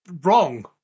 wrong